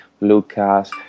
Lucas